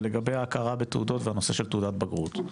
ולגבי ההכרה בתעודות והנושא של תעודת בגרות.